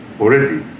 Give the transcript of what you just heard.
already